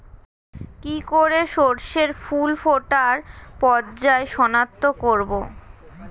কি করে শস্যের ফুল ফোটার পর্যায় শনাক্ত করব?